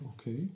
okay